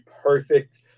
perfect